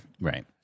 right